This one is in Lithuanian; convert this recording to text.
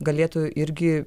galėtų irgi